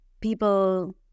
people